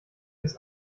ist